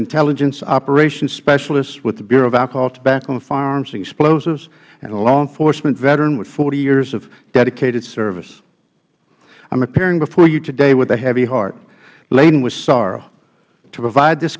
intelligence operation specialist with the bureau of alcohol tobacco firearms and explosives and a law enforcement veteran with hyears of dedicated service i'm appearing before you today with a heavy heart laden with sorrow to provide this